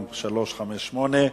2358: